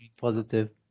Positive